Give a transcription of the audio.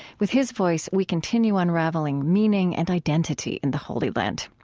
with his voice, we continue unraveling meaning and identity in the holy land.